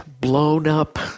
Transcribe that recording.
blown-up